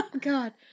God